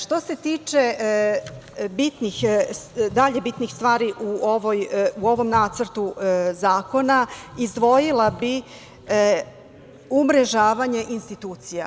Što se tiče dalje bitnih stvari u ovom Nacrtu zakona izdvojila bih umrežavanje institucija.